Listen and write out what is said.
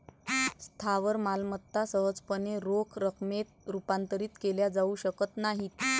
स्थावर मालमत्ता सहजपणे रोख रकमेत रूपांतरित केल्या जाऊ शकत नाहीत